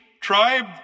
tribe